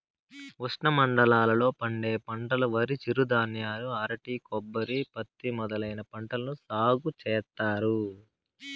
ఉష్ణమండలాల లో పండే పంటలువరి, చిరుధాన్యాలు, అరటి, కొబ్బరి, పత్తి మొదలైన పంటలను సాగు చేత్తారు